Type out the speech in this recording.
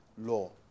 law